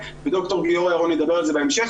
שנקראת 'הישגים להייטק',